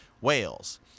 Whales